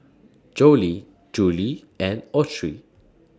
Jolie Julie and Autry